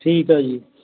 ਠੀਕ ਆ ਜੀ